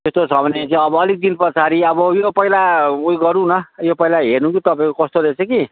त्यस्तो छ भने चाहिँ अब अलिक दिन पछाडि अब यो पहिला उयो गरौँ न यो पहिला हेरौँ कि तपाईँको कस्तो रहेछ कि